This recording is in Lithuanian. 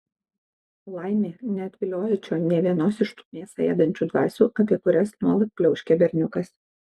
laimė neatviliojo čion nė vienos iš tų mėsą ėdančių dvasių apie kurias nuolat pliauškia berniukas